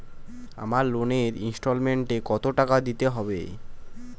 আমার লোনের ইনস্টলমেন্টৈ কত টাকা দিতে হবে?